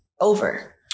over